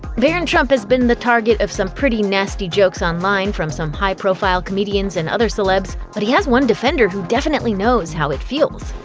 barron trump has been the target of some pretty nasty jokes online from some high-profile comedians and other celebs, but he has one defender who definitely knows how it feels.